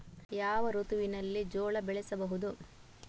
ಯಾವ ಋತುವಿನಲ್ಲಿ ಜೋಳ ಬೆಳೆಸಬಹುದು?